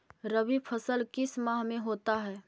रवि फसल किस माह में होता है?